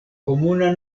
komuna